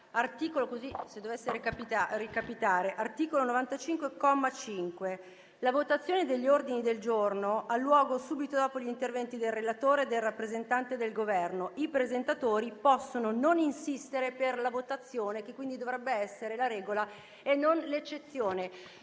recita: «La votazione degli ordini del giorno ha luogo subito dopo gli interventi del relatore e del rappresentante del Governo. I presentatori possono non insistere per la votazione», che quindi dovrebbe essere la regola e non l'eccezione.